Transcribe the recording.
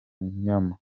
nyama